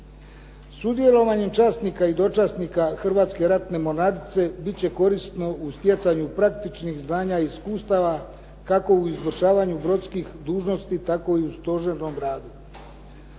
Sudjelovanjem časnika i dočasnika Hrvatske ratne mornarice bit će korisno u stjecanju praktičnih znanja i iskustava kako u izvršavanju brodskih dužnosti, tako i u stožernom radu.